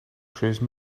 cruise